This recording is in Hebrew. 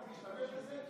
לבוא ולהשתמש בזה,